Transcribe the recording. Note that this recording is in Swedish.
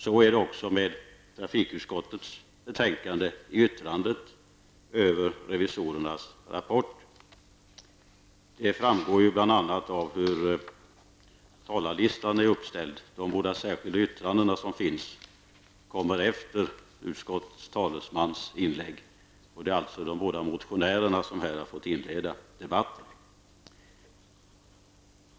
Så är också fallet med trafikutskottets betänkande i dess yttrande över revisorernas rapport. Det framgår också bl.a. av hur talarlistan är uppställd. Det båda särskilda yttrandena som finns kommer efter utskottets talesmans inlägg. Det är alltså de båda motionärerna som har fått inleda debatten.